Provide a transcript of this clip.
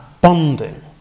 bonding